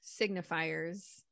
signifiers